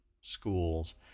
schools